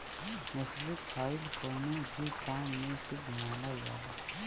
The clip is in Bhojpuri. मछरी खाईल कवनो भी काम में शुभ मानल जाला